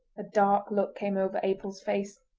a dark look came over abel's face,